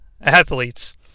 athletes